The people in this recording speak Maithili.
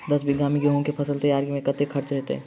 दस बीघा मे गेंहूँ केँ फसल तैयार मे कतेक खर्चा हेतइ?